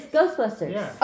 Ghostbusters